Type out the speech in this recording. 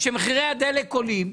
מחירי הדלק עולים,